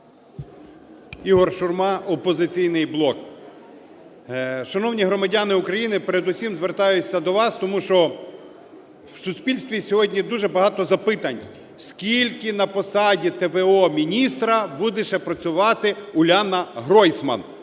ІгорШурма, "Опозиційний блок". Шановні громадяни України! Передусім звертаюсь до вас, тому що в суспільстві сьогодні дуже багато запитань, скільки на посаді т.в.о. міністра буде ще працювати Уляна Гройсман?